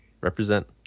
Represent